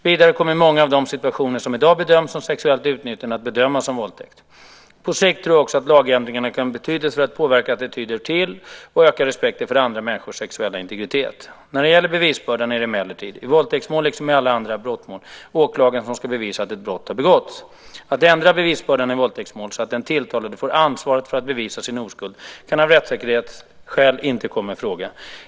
Vidare kommer många av de situationer som i dag bedöms som sexuellt utnyttjande att bedömas som våldtäkt. På sikt tror jag också att lagändringarna kan ha betydelse för att påverka attityder till och öka respekten för andra människors sexuella integritet. När det gäller bevisbördan är det emellertid, i våldtäktsmål liksom i alla andra brottmål, åklagaren som ska bevisa att ett brott har begåtts. Att ändra bevisbördan i våldtäktsmål så att den tilltalade får ansvaret för att bevisa sin oskuld kan av rättssäkerhetsskäl inte komma i fråga.